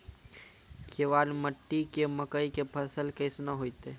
केवाल मिट्टी मे मकई के फ़सल कैसनौ होईतै?